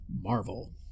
Marvel